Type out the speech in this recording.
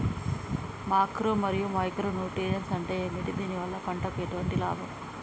Macro మరియు micro nutrients అంటే ఏమిటి? దీనివల్ల పంటకు ఎటువంటి లాభం?